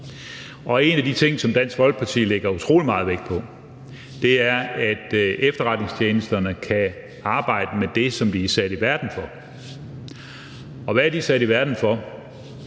En af de ting, som Dansk Folkeparti lægger utrolig meget vægt på, er, at efterretningstjenesterne kan arbejde med det, som de er sat i verden for. Og hvad er de sat i verden for?